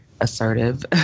assertive